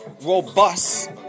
robust